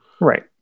Right